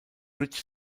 rich